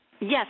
Yes